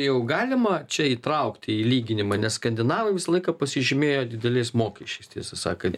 jau galima čia įtraukti į lyginimą nes skandinavai visą laiką pasižymėjo dideliais mokesčiais tiesą sakant